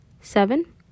Seven